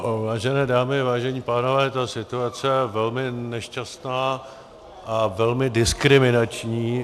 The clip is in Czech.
Vážené dámy, vážení pánové, ta situace je velmi nešťastná a velmi diskriminační.